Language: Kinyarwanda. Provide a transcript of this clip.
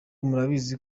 murabizi